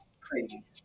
crazy